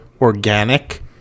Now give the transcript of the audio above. organic